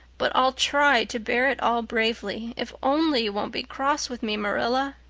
but i'll try to bear it all bravely if only you won't be cross with me, marilla.